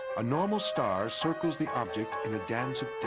a normal star circles the object in a dance of but